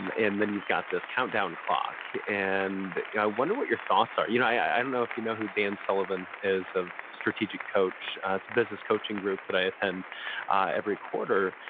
um and then you've got this countdown clock. and yeah i wonder what your thoughts are. you know i don't know if you know who dan sullivan is of strategic coach. it's a business coaching group that i attend every quarter.